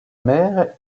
mère